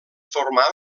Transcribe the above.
formà